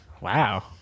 Wow